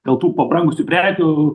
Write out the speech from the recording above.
dėl tų pabrangusių prekių